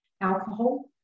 alcohol